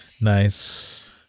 Nice